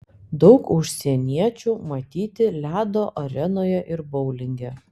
daug užsieniečių matyti ledo arenoje ir boulinge